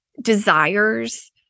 desires